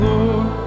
Lord